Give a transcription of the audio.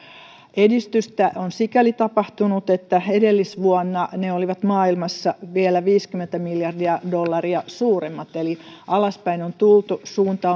edistystä on sikäli tapahtunut että edellisvuonna ne olivat maailmassa vielä viisikymmentä miljardia dollaria suuremmat eli alaspäin on tultu suunta